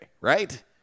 right